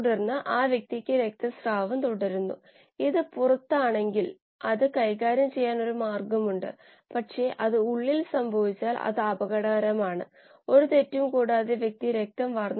ഓക്സിജന് കൈമാറ്റം ചെയ്യപ്പെടുന്ന ഇലക്ട്രോണിന്റെ ഓരോ മോളിലും 27 കിലോ കലോറി താപം ഉത്പാദിപ്പിക്കപ്പെടുന്നു